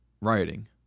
rioting